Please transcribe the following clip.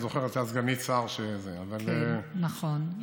אני זוכר, הייתה סגנית שר, כן, נכון.